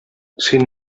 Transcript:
sin